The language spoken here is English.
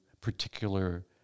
particular